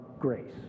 grace